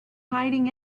hiding